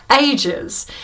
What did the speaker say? ages